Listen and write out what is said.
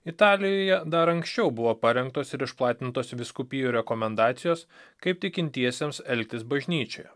italijoje dar anksčiau buvo parengtos ir išplatintos vyskupijų rekomendacijos kaip tikintiesiems elgtis bažnyčioje